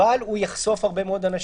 אבל הוא יחשוף הרבה מאוד אנשים.